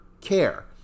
care